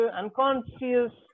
unconscious